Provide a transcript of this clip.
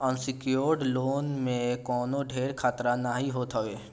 unsecured loan में कवनो ढेर खतरा नाइ होत हवे